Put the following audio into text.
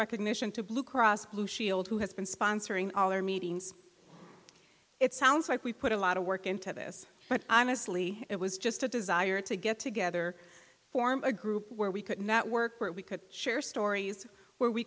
recognition to blue cross blue shield who has been sponsoring all their meetings it sounds like we put a lot of work into this but i mostly it was just a desire to get together form a group where we could network where we could share stories where we